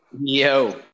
yo